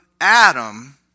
Adam